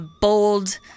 bold